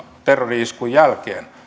terrori iskun jälkeen